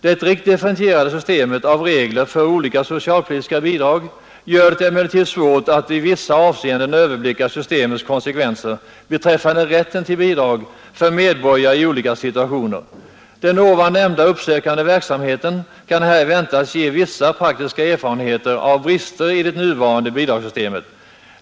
Det rikt differentierade systemet av regler för olika socialpolitiska bidrag gör det emellertid svårt att i vissa avseenden överblicka systemets konsekven ser beträffande rätten till bidrag för medborgare i olika situationer. Den ovan nämnda uppsökande verksamheten kan här väntas ge vissa praktiska erfarenheter av brister i det nuvarande bidragssystemet.